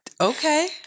Okay